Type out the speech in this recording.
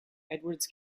edwards